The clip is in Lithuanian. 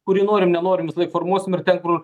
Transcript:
kurį norim nenorim visą laik formuosim ir ten kur